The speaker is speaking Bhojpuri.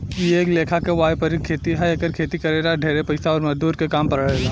इ एक लेखा के वायपरिक खेती ह एकर खेती करे ला ढेरे पइसा अउर मजदूर के काम पड़ेला